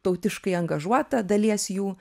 tautiškai angažuota dalies jų